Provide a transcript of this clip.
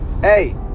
hey